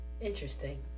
Interesting